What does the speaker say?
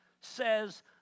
says